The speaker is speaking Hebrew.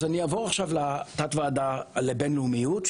אני אעבור עכשיו לתת ועדה לבין-לאומיות,